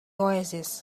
oasis